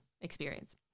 experience